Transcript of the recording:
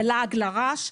זה לעג לרש.